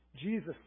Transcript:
Jesus